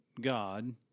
God